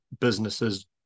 businesses